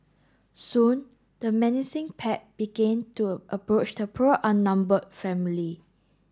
soon the menacing pack began to approach the poor outnumbered family